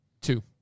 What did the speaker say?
Two